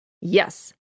yes